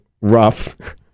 rough